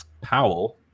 Powell